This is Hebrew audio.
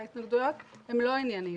וההתנגדויות הן לא ענייניות,